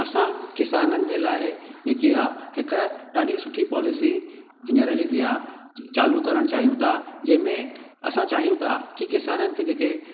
असां किसाननि जे लाइ जेकी आहे हिकु ॾाढी सुठी पॉलिसी हींअर जेकी आहे चालू करणु चाहियूं था जंहिंमें असां चाहियूं था की किसाननि खे जेके